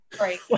Right